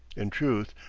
in truth,